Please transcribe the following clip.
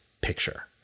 picture